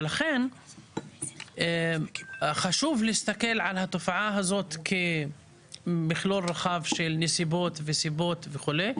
ולכן חשוב להסתכל על התופעה הזאת כמכלול רחב של נסיבות וסיבות וכולי.